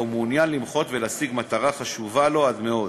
הוא מעוניין למחות ולהשיג מטרה חשובה לו עד מאוד.